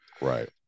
Right